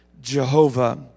jehovah